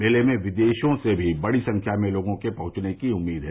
मेले में विदेशों से भी बडी संख्या में लोगों के पहंचने की उम्मीद है